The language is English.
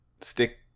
stick